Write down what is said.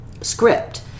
script